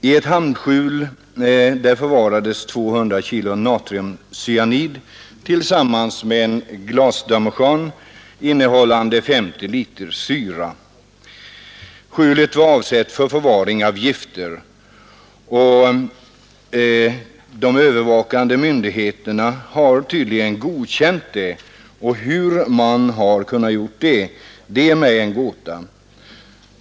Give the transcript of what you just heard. I ett hamnskjul i Göteborgs frihamn förvarades 200 kg natriumcyanid tillsammans med en glasdamejeanne innehållande 50 liter syra. Skjulet var avsett för förvaring av gifter och godkänt av de övervakande myndigheterna, men hur de kunnat godkänna detta ruckel som förvaringsrum för gifter är mig en gåta.